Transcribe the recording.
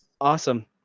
awesome